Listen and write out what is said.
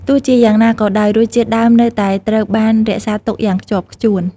ទោះជាយ៉ាងណាក៏ដោយ រសជាតិដើមនៅតែត្រូវបានរក្សាទុកយ៉ាងខ្ជាប់ខ្ជួន។